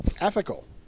ethical